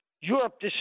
Europe